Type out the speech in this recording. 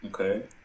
okay